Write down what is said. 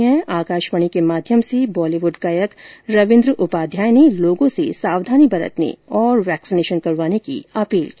इसी कडी में आकाशवाणी के माध्यम से बॉलीवुड गायक रविन्द्र उपाध्याय ने लोगों से सावधानी बरतने और वैक्सीन लगवाने की अपील की